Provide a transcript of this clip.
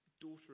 Daughter